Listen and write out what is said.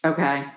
Okay